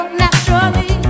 naturally